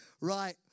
Right